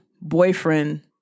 boyfriend